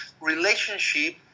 relationship